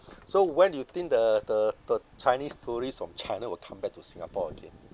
so when do you think the the the chinese tourists from china will come back to singapore again